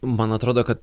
man atrodo kad